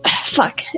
Fuck